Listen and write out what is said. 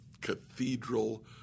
cathedral